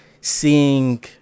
seeing